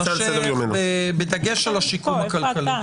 תימשך, בדגש על השיקום הכלכלי.